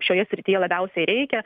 šioje srityje labiausiai reikia